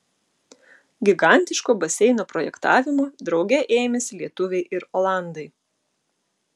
gigantiško baseino projektavimo drauge ėmėsi lietuviai ir olandai